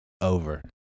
over